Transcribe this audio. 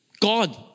God